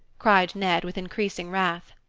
cried ned with increasing wrath.